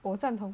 我赞同